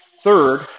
Third